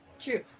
True